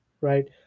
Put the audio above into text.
right